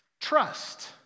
trust